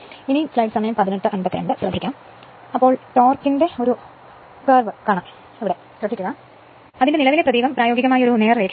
അതിനാൽ ടോർക്കിന്റെ വക്രതയുണ്ട് നിലവിലെ പ്രതീകം പ്രായോഗികമായി ഒരു നേർരേഖയാണ്